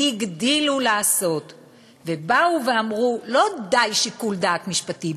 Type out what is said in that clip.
הגדילו לעשות ואמרו: לא די שיקול דעת משפטי,